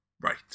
Right